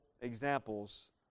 examples